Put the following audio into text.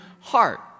heart